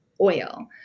oil